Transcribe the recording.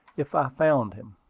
if i found him.